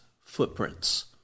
footprints